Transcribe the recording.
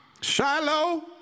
Shiloh